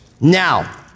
Now